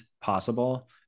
possible